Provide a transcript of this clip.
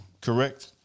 Correct